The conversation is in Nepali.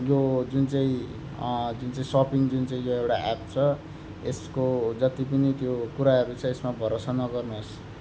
यो जुन चै जुन चाहिँ सपिङ जुन चाहिँ यो एउटा एप छ यसको जति पनि त्यो कुराहरू छ यसमा भरोसा नगर्नुहोस्